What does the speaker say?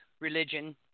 religion